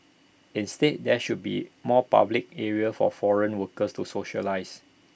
instead there should be more public areas for foreign workers to socialise